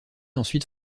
ensuite